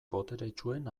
boteretsuen